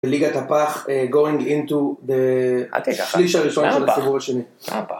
ליגת הפח, going into the שליש הראשון של הסיבוב השני.